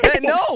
No